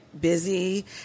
busy